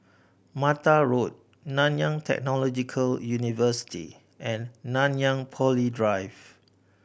Mata Road Nanyang Technological University and Nanyang Poly Drive